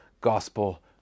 gospel